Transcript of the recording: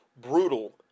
Brutal